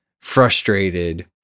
frustrated